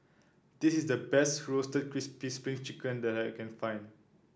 this is the best Roasted Crispy Spring Chicken that I can find